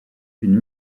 une